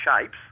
shapes